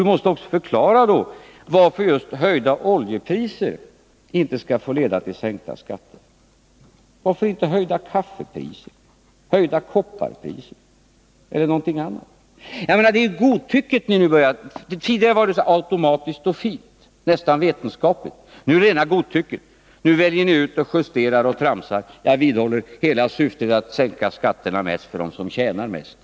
Du måste också förklara varför just höjda oljepriser inte skall få leda till sänkta skatter. Varför kan inte samma sak gälla för höjda kaffepriser, höjda kopparpriser eller någonting annat? Tidigare fungerade enligt er mening indexregleringen så automatiskt och fint, nästan vetenskapligt. Nu är det fråga om rena godtycket. Nu väljer ni ut, justerar och tramsar. Jag vidhåller: Hela syftet är att sänka skatterna mest för dem som tjänar mest.